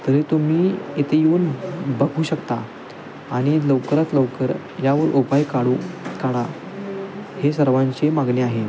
तरी तुम्ही इथे येऊन बघू शकता आणि लवकरात लवकर यावर उपाय काढू काढा हे सर्वांचे मागणे आहे